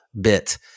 bit